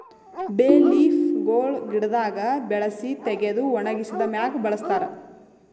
ಬೇ ಲೀಫ್ ಗೊಳ್ ಗಿಡದಾಗ್ ಬೆಳಸಿ ತೆಗೆದು ಒಣಗಿಸಿದ್ ಮ್ಯಾಗ್ ಬಳಸ್ತಾರ್